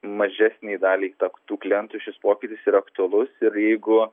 mažesnei daliai tap tų klientų šis pokytis ir aktualus ir jeigu